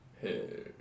Hey